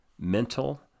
mental